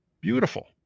beautiful